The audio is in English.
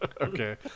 Okay